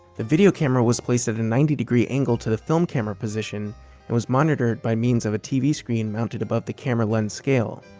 the video camera was placed at a ninety degree angle to the film camera position and was monitored by means of a tv screen mounted above the camera lens scale.